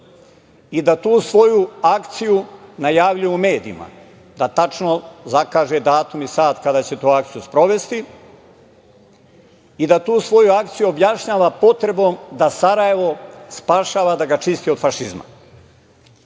i da tu svoju akciju najavljuje u medijima, da tačno zakaže datum i sat kada će tu akciju sprovesti i da tu svoju akciju objašnjava potrebom da Sarajevo spašava, da ga čisti od fašizma. Možete